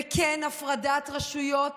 וכן, הפרדת רשויות